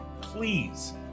Please